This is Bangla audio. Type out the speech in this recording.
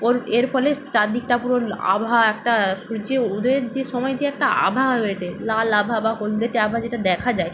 ওর এর ফলে চারদিকটা পুরো আভা একটা সূর্য উদয়ের যে সময় যে একটা আভা হয়ে ওঠে লাল আভা বা হলদেটে আভা যেটা দেখা যায়